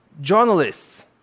Journalists